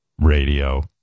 radio